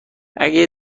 اگه